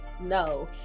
No